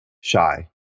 shy